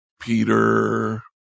Peter